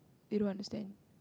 they don't understand